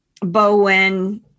Bowen